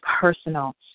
personal